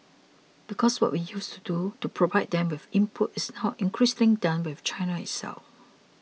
because what we used to do to provide them with inputs is now increasingly done within China itself